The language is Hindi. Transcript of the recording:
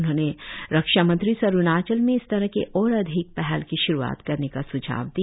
उन्होंने रक्षा मंत्री से अरुणाचल में इस तरह के ओर अधिक पहल की श्रुआत करने का स्झाव दिया